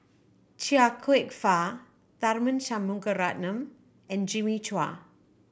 Chia Kwek Fah Tharman Shanmugaratnam and Jimmy Chua